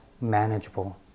manageable